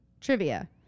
Trivia